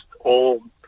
old